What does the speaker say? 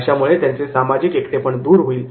अशामुळे त्यांचे सामाजिक एकटेपण दूर होईल